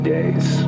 Days